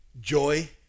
Joy